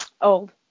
Old